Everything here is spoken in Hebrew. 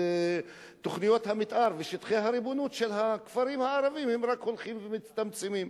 תוכניות המיתאר ושטחי הריבונות של הכפרים הערביים רק הולכים ומצטמצמים.